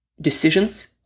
decisions